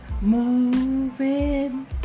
moving